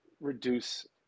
reduce